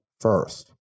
first